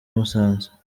musanze